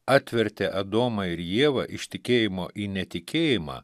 atvertė adomą ir ievą iš tikėjimo į netikėjimą